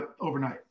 overnight